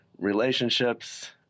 relationships